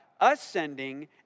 ascending